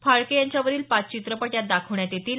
फाळके यांच्यावरील पाच चित्रपट यात दाखवण्यात येतील